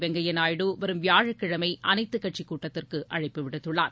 வெங்கைய நாயுடு வரும் வியாழக்கிழமை அனைத்துக் கட்சிக் கூட்டத்திற்கு அழைப்பு விடுத்துள்ளார்